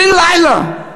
בן לילה.